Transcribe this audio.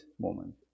moment